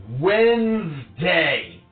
Wednesday